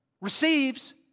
receives